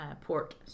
port